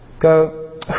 go